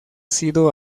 sido